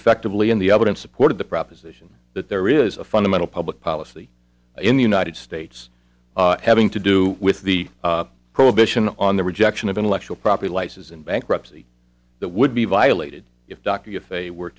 effectively in the evidence supported the proposition that there is a fundamental public policy in the united states having to do with the prohibition on the rejection of intellectual property rights is in bankruptcy that would be violated if dr if a were